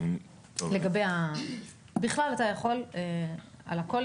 אתה יכול בכלל על הכל,